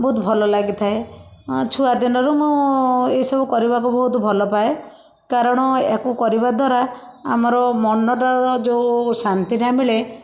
ବହୁତ ଭଲ ଲାଗିଥାଏ ଛୁଆ ଦିନରୁ ମୁଁ ଏଇସବୁ କରିବାକୁ ବହୁତ ଭଲ ପାଏ କାରଣ ୟାକୁ କରିବାଦ୍ୱାରା ଆମର ମନଟାର ଯେଉଁ ଶାନ୍ତିଟା ମିଳେ